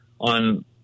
on